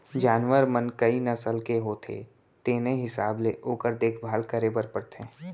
जानवर मन कई नसल के होथे तेने हिसाब ले ओकर देखभाल करे बर परथे